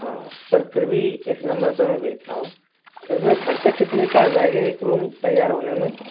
हाँ पर फिर भी इस नंबर पर मैं भेज रहा हूँ इस में ख़र्च कितने का आ जाएगा एक रूम तैयार होने में